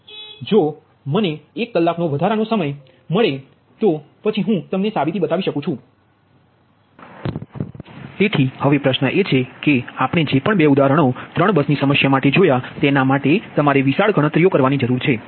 જો મને એક કલાકનો વધારાનો સમય મળે તો પછી હું તમને સાબિતી બતાવી શકું છું તેથી હવે પ્રશ્ન એ છે કે આપણે જે પણ બે ઉદાહરણો 3 બસની સમસ્યા માટે જોયા તેના માટે તમારે વિશાળ ગણતરીઓ કરવાની જરૂર છે